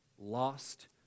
lost